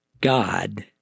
God